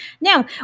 Now